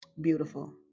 beautiful